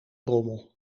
rommel